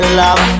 love